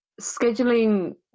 scheduling